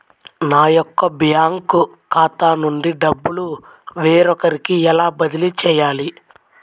నా యొక్క బ్యాంకు ఖాతా నుండి డబ్బు వేరొకరికి ఎలా బదిలీ చేయాలి?